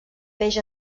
peix